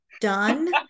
done